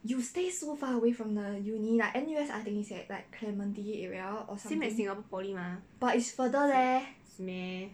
you stay so far away from the uni like N_U_S I think is at like clementi area or something but is further leh